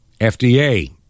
FDA